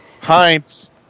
Heinz